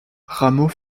rameau